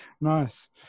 nice